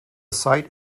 site